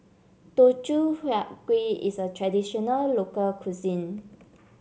Teochew Huat Kuih is a traditional local cuisine